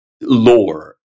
lore